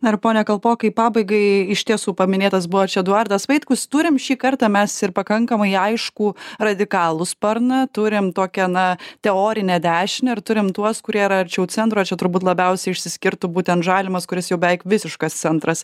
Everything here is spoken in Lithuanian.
na ir pone kalpokai pabaigai iš tiesų paminėtas buvo čia eduardas vaitkus turim šį kartą mes ir pakankamai aiškų radikalų sparną turim tokią na teorinę dešinę ir turim tuos kurie yra arčiau centro čia turbūt labiausiai išsiskirtų būtent žalimas kuris jau beveik visiškas centras